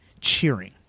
cheering